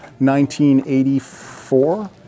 1984